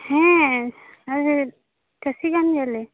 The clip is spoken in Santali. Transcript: ᱦᱮᱸ ᱟᱞᱮ ᱪᱟ ᱥᱤ ᱠᱟᱱᱜᱮᱭᱟᱞᱮ